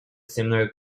similar